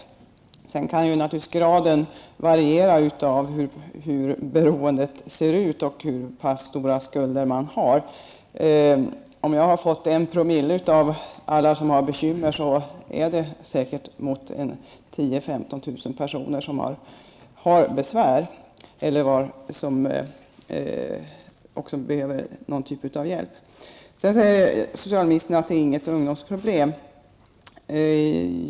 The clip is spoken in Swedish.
Graden av beroendet kan naturligtvis variera. Hur beroendet ser ut och hur stora skulderna är varierar. Om jag har fått kännedom om en promille av alla som har besvär är det säkert mellan 10 000 och 15 000 totalt som har besvär och som också behöver någon typ av hjälp. Socialministern säger att detta inte är något ungdomsproblem.